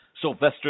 Sylvester